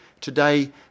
Today